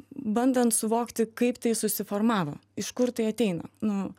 bandant suvokti kaip tai susiformavo iš kur tai ateina nu